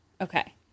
Okay